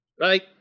Right